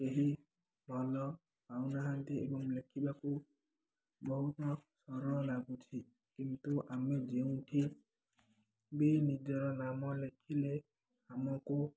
କେହି ଭଲ ପାଉନାହାନ୍ତି ଏବଂ ଲେଖିବାକୁ ବହୁତ ସରଳ ଲାଗୁଛି କିନ୍ତୁ ଆମେ ଯେଉଁଠି ବି ନିଜର ନାମ ଲେଖିଲେ ଆମକୁ